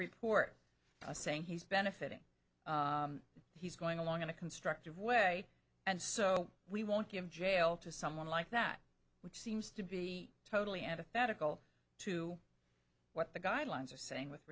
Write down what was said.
report saying he's benefiting he's going along in a constructive way and so we won't be in jail to someone like that which seems to be totally antithetical to what the guidelines are saying with